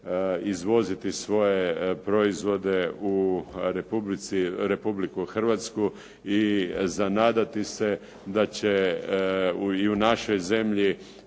izvoziti svoje proizvode u Republiku Hrvatsku i za nadati se da će i u našoj zemlji